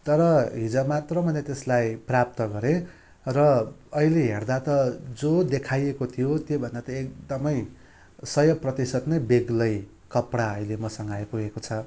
तर हिजो मात्र मैले त्यसलाई प्राप्त गरेँ र अहिले हेर्दा त जो देखाइएको थियो त्योभन्दा त एकदमै सय प्रतिशत नै बेग्लै कपडा अहिले मसँग आइपुगेको छ